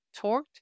torqued